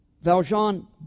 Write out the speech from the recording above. Valjean